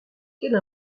quelle